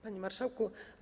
Panie Marszałku!